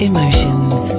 Emotions